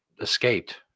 escaped